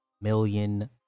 million